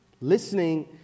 Listening